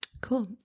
Cool